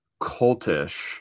cultish